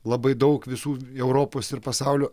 labai daug visų europos ir pasaulio